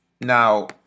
Now